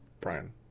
brian